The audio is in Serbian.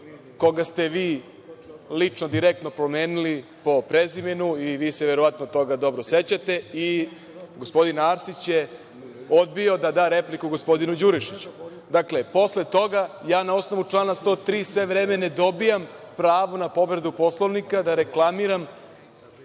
koga ste vi lično, direktno pomenuli po prezimenu, vi se verovatno toga dobro sećate, i gospodin Arsić je odbio da da repliku gospodinu Đurišiću. Dakle, posle toga, na osnovu člana 103, sve vreme ne dobijam pravo na povredu Poslovnika da reklamiram